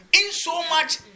insomuch